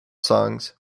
songs